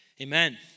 Amen